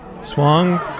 Swung